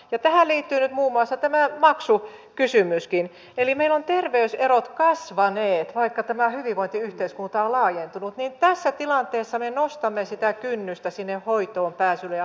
lisäksi valiokunta korostaa muun muassa tämä maksu kysymyskin pelimme on tarve erot kasvaneet vaikka tämä hyvinvointiyhteiskunta laajentunut niin tässä tilanteessa me nostamme liikunnan nostamista nykyistä suurempaan osaan terveydenhuollossa